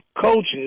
coaches